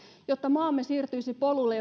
jotta maamme siirtyisi polulle